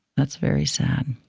that's very sad.